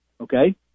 Okay